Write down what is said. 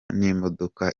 n’imodoka